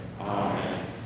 Amen